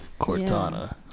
Cortana